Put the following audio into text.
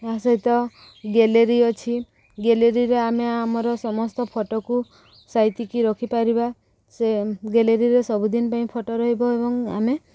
ଏହା ସହିତ ଗ୍ୟାଲେରୀ ଅଛି ଗ୍ୟାଲେରୀରେ ଆମେ ଆମର ସମସ୍ତ ଫଟୋକୁ ସାଇତିକି ରଖିପାରିବା ସେ ଗ୍ୟାଲେରୀରେ ସବୁଦିନ ପାଇଁ ଫଟୋ ରହିବ ଏବଂ ଆମେ